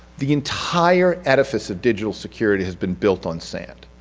the entire edifice of digital security has been built on sand.